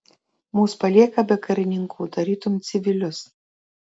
mus palieka be karininkų tartum civilius